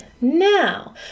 Now